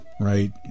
right